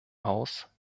haus